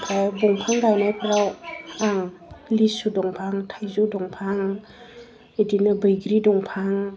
ओमफ्राय दंफां गायनाफ्राव आं लिसु दंफां थाइजौ दंफां बिदिनो बैग्रि दंफां